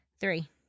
Three